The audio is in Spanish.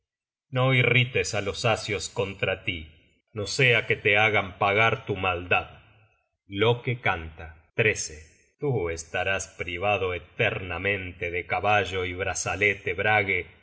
no irrites á los asios contra tí no sea que te hagan pagar tu maldad loke canta tú estarás privado eternamente de caballo y de brazalete brage